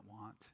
want